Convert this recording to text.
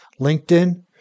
LinkedIn